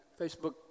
Facebook